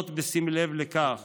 בשים לב לכך